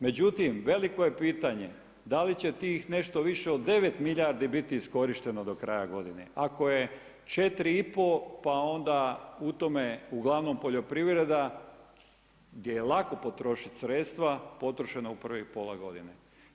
Međutim, veliko je pitanje, da li će tih nešto više od 9 milijardi biti iskorišteno do kraja godine, ako je 4,5 pa onda u tome ugl. poljoprivreda, gdje je lako potrošiti sredstva, potrošeno u privih pola godine.